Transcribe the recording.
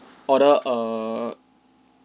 order err